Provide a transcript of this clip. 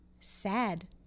sad